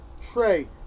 Trey